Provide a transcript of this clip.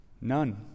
None